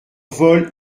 vol